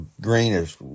greenish